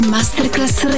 Masterclass